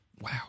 Wow